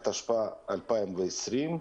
התשפ"א-2020.